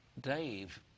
Dave